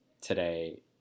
today